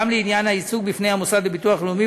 לעניין הייצוג בפני המוסד לביטוח לאומי,